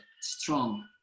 strong